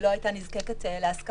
והיא לא הייתה נזקקת להסכמות.